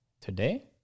today